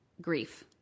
grief